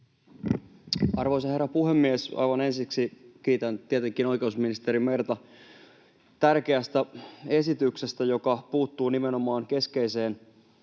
Arvoisa herra puhemies! Aivan ensiksi kiitän tietenkin oikeusministeri Merta tärkeästä esityksestä, joka puuttuu nimenomaan keskeiseen